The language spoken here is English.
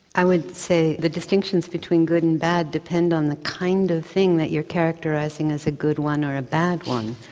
i would say the distinctions between good and bad depend on the kind of thing that you're characterising as a good one or a bad one.